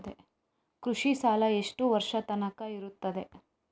ಕೃಷಿ ಸಾಲ ಎಷ್ಟು ವರ್ಷ ತನಕ ಇರುತ್ತದೆ?